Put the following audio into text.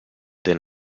den